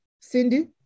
Cindy